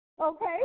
Okay